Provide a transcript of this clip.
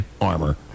armor